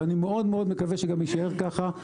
ואני מאוד מאוד מקווה שזה גם יישאר ככה,